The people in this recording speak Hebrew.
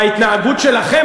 וההתנהגות שלכם,